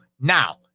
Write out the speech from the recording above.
Now